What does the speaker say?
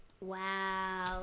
Wow